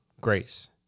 grace